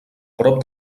prop